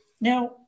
Now